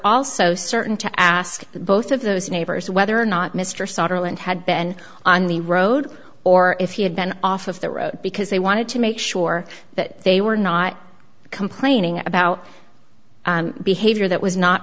also certain to ask both of those neighbors whether or not mr sauder lindt had been on the road or if he had been off of the road because they wanted to make sure that they were not complaining about behavior that was not